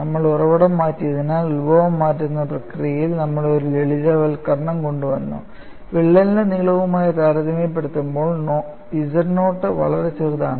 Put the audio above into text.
നമ്മൾ ഉറവിടം മാറ്റിയതിനാൽ ഉത്ഭവം മാറ്റുന്ന പ്രക്രിയയിൽ നമ്മൾ ഒരു ലളിതവൽക്കരണം കൊണ്ടുവന്നു വിള്ളലിന്റെ നീളവുമായി താരതമ്യപ്പെടുത്തുമ്പോൾ z നോട്ട് വളരെ ചെറുതാണ്